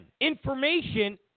information